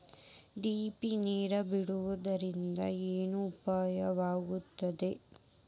Drip ನೇರ್ ಬಿಡುವುದರಿಂದ ಏನು ಉಪಯೋಗ ಆಗ್ತದ?